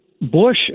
Bush